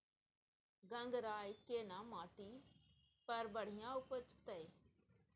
गंगराय केना माटी पर बढ़िया उपजते?